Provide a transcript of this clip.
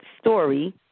story